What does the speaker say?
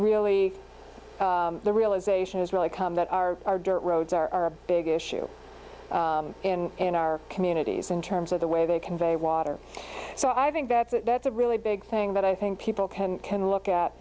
really the realization has really come that our dirt roads are a big issue in our communities in terms of the way they convey water so i think that that's a really big thing that i think people can can look at